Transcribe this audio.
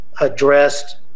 addressed